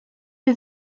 has